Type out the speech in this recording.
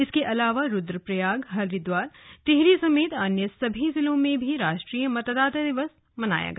इसके अलावा रुद्रप्रयाग हरिद्वार टिहरी समेत अन्य सभी जिलों में भी राष्ट्रीय मतदाता दिवस मनाया गया